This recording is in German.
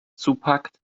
zupackt